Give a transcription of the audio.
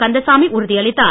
கந்தசாமி உறுதி அளித்தார்